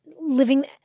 living—